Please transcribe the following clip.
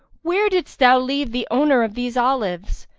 where didst thou leave the owner of these olives?